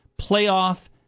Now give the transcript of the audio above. playoff